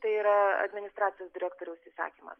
tai yra administracijos direktoriaus įsakymas